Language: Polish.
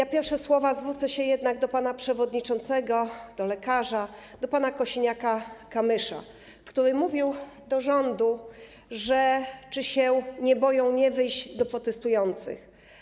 W pierwszych słowach zwrócę się jednak do pana przewodniczącego, do lekarza, do pana Kosiniaka-Kamysza, który pytał rząd, czy się nie boi nie wyjść do protestujących.